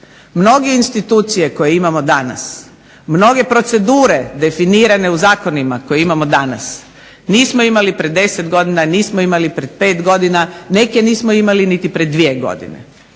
Mnoge institucije koje imamo danas, mnoge procedure definirane u zakonima koje imamo danas nismo imali prije 10 godina, nismo imali pred 5 godina, neke nismo imali ni pred dvije godine.